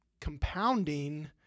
compounding